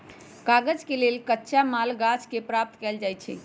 कागज के लेल कच्चा माल गाछ से प्राप्त कएल जाइ छइ